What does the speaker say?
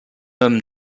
homme